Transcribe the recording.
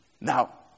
now